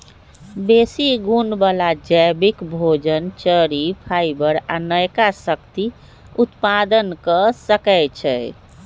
बेशी गुण बला जैबिक भोजन, चरि, फाइबर आ नयका शक्ति उत्पादन क सकै छइ